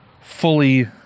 fully